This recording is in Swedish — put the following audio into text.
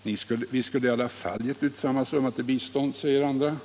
— Vi skulle i alla fall ha gett ut samma summa till bistånd, säger andra.